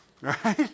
Right